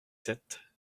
sept